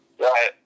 Right